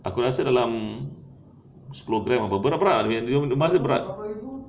aku rasa dalam sepuluh gram ah berapa berat emas dia berat